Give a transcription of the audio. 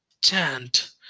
chant